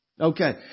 Okay